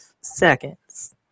seconds